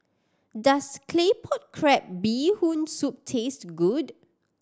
does Claypot Crab Bee Hoon Soup taste good